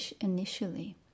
initially